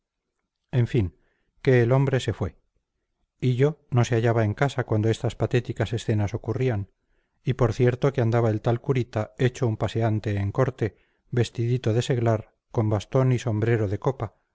en fin que el hombre se fue hillo no se hallaba en casa cuando estas patéticas escenas ocurrían y por cierto que andaba el tal curita hecho un paseante en corte vestidito de seglar con bastón y sombrero de copa